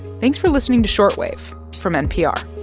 thanks for listening to short wave from npr